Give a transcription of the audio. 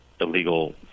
illegal